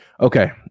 Okay